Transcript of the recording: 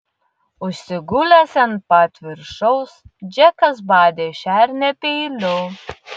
užsigulęs ant pat viršaus džekas badė šernę peiliu